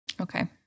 Okay